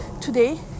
Today